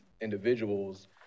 individuals